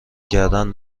کردن